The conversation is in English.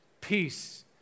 peace